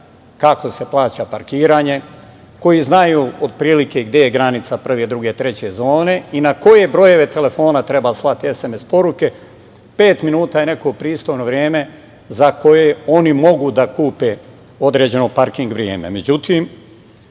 kako se plaća parkiranje, koji znaju otprilike gde je granica prve, druge, treće zone i na koje brojeve telefona treba slati SMS poruke, pet minuta je neko pristojno vreme za koje oni mogu da kupe određeno parking vreme.